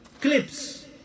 clips